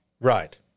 Right